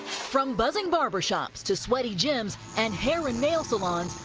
from buzzing barbershops to sweaty gyms and hair and nail salons,